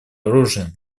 оружием